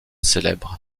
célèbres